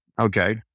Okay